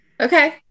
Okay